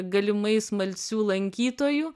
galimai smalsių lankytojų